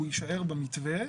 הוא יישאר במתווה.